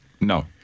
No